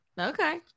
okay